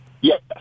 Yes